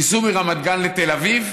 ייסעו מרמת גן לתל אביב?